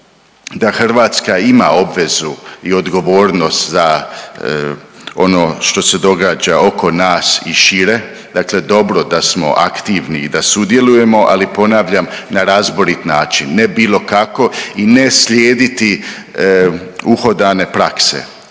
da Hrvatska ima obvezu i odgovornost za ono što se događa oko nas i šire, dakle dobro da smo aktivni i da sudjelujemo, ali ponavljam na razborit način, ne bilo kako i ne slijediti uhodane prakse